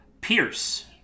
pierce